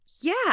yeah